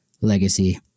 legacy